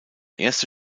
erste